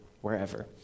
wherever